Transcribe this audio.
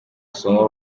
somo